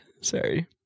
Sorry